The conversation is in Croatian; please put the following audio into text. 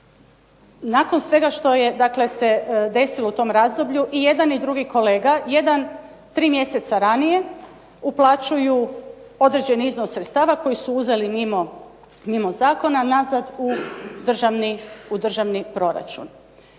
Nakon svega što se desilo u tom razdoblju i jedan i drugi kolega, jedan tri mjeseca ranije, uplaćuju određen iznos sredstava koji su uzeli mimo zakon nazad u državni proračun.